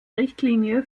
richtlinie